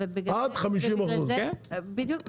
עד 50%. בדיוק,